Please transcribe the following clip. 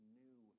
new